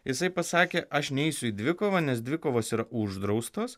jisai pasakė aš neisiu į dvikovą nes dvikovos yra uždraustos